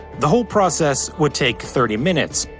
the whole process would take thirty minutes.